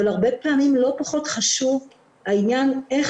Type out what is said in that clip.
אבל הרבה פעמים לא פחות חשוב העניין איך